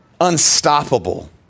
Unstoppable